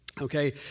Okay